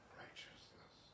righteousness